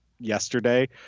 yesterday